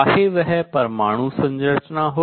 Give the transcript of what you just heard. चाहे वह परमाणु संरचना हो